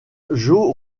joe